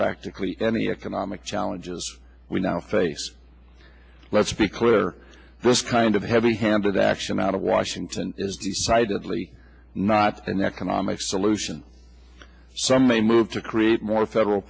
practically any economic challenges we now face let's be clear this kind of heavy handed action out of washington is decidedly not an economic solution some may move to create more federal